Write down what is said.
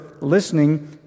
listening